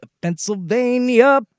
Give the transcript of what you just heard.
Pennsylvania